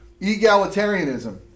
egalitarianism